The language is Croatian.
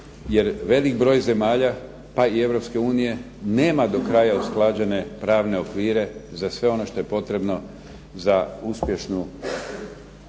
jer veliki broj zemalja pa i Europske unije, nema do kraja usklađene pravne okvire za sve ono što je potrebno i za medicinski